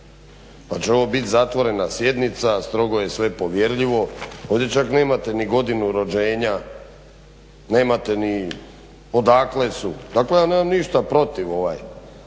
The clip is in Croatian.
pa će ovo biti zatvorena sjednica, strogo je sve povjerljivo. Ovdje čak nemate ni godinu rođenja, nemate ni odakle su. Dakle ja nemam ništa protiv ovaj.